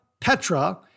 Petra